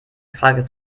frage